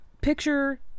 picture